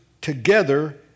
together